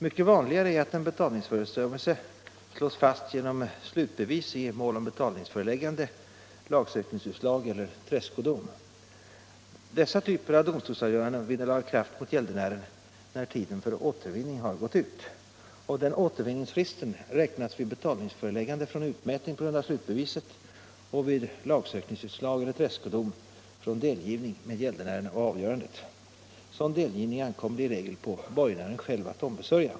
Mycket vanligare är att en betalningsförsummelse slås fast genom slutbevis i mål om betalningsföreläggande, lagsökningsutslag eller tredskodom. Dessa typer av domstolsavgöranden vinner laga kraft mot gäldenären när tiden för återvinning har gått ut. Återvinningsfristen räknas vid betalningsföreläggande från utmätning på grund av slutbeviset och vid lagsökningsutslag eller tredskodom från delgivning med gäldenären av avgörandet. Sådan delgivning ankommer det i regel på borgenären själv att ombesörja.